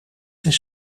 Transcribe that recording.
zijn